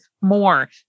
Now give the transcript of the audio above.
more